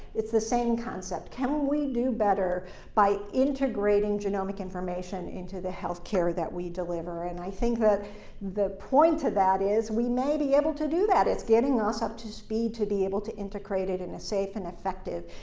it's the same concept. can we do better by integrating genomic information into the health care that we deliver? and i think that the point to that is we may be able to do that. it's getting us up to speed to be able to integrate it in a safe, and effective,